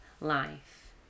life